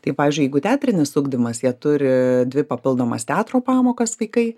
tai pavyzdžiui jeigu teatrinis ugdymas jie turi dvi papildomas teatro pamokas vaikai